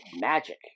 magic